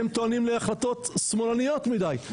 הם טוענים להחלטות שמאלניות מדי,